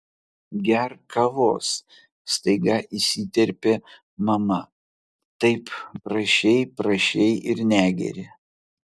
gerk kavos staiga įsiterpė mama taip prašei prašei ir negeri